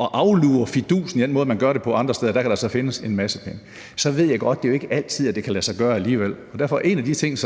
at aflure fidusen ved den måde, man gør det på andre steder, kan der altså findes en masse penge. Jeg ved godt, at det jo ikke altid er sådan, at det kan lade sig gøre alligevel. Derfor er en af de ting,